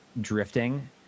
drifting